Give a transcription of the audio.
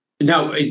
now